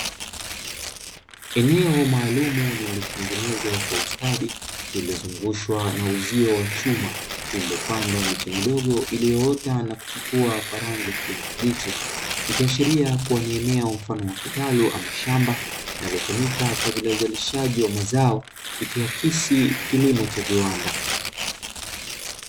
Eneo maalumu lililotengenezwa kwa ustadi, lililozungushwa na uzio wa chuma; lililopandwa miche midogo iliyoota na kuchipua kwa rangi ya kijani kibichi, ikiashiria kuwa ni eneo mfano wa kitalu ama shamba, linalotumika kwa ajili ya uzalishaji wa mazao ikiakisi kilimo cha viwanda.